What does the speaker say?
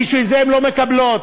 ולכן הן לא מקבלות.